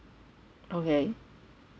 okay